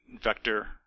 vector